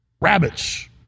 rabbits